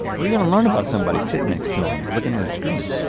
what you gonna learn about somebody sittin' next to em looking at a screen?